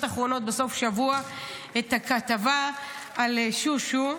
אחרונות בסוף השבוע את הכתבה על שושו,